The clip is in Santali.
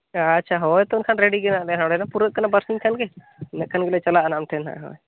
ᱟᱪᱪᱷᱟ ᱦᱳᱭᱛᱚ ᱮᱱᱠᱷᱟᱱ ᱨᱮᱰᱤᱜᱮ ᱦᱮᱱᱟᱜᱞᱮᱭᱟ ᱦᱟᱸᱜ ᱱᱚᱸᱰᱮ ᱫᱚ ᱯᱩᱨᱟᱹᱜ ᱠᱟᱱᱟ ᱵᱟᱨᱥᱤᱧ ᱠᱷᱟᱱ ᱜᱮ ᱤᱱᱟᱹᱜ ᱠᱷᱟᱱ ᱜᱮᱞᱮ ᱪᱟᱞᱟᱜᱼᱟ ᱟᱞᱮ ᱟᱢᱴᱷᱮᱱ ᱦᱟᱸᱜ ᱦᱳᱭ